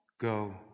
Go